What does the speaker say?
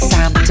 Sam